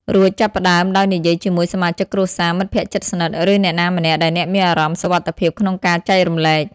រួចចាប់ផ្តើមដោយនិយាយជាមួយសមាជិកគ្រួសារ មិត្តភក្តិជិតស្និទ្ធ ឬអ្នកណាម្នាក់ដែលអ្នកមានអារម្មណ៍សុវត្ថិភាពក្នុងការចែករំលែក។